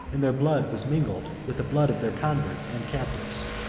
and their blood was mingled with the blood of their converts and captives.